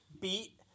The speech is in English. beat